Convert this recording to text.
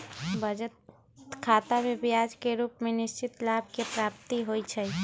बचत खतामें ब्याज के रूप में निश्चित लाभ के प्राप्ति होइ छइ